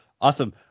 awesome